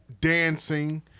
dancing